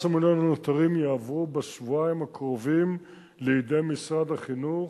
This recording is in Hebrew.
ו-15 המיליון הנותרים יעברו בשבועיים הקרובים לידי משרד החינוך.